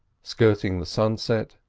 skirting the sunset,